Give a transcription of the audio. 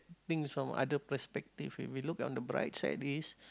things from other perspective if we look on bright side is